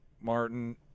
Martin